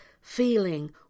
feeling